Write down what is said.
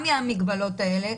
גם מהמגבלות האלה,